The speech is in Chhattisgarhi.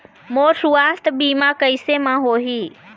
मोर सुवास्थ बीमा कैसे म होही?